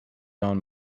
own